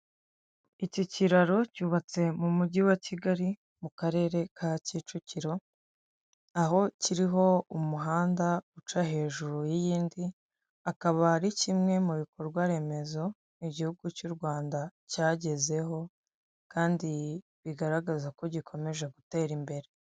Iki kiraro cyubatse mu mugi wa Kigali, mu karere ka Kicukiro, aho kiriho umuhanda uca hejuru y'iyindi, akaba ari kimwe mu bikorwa remezo igihugu cy'u Rwanda cyagezeho, kandi bigaragaza ko gikomeje gutera imbere.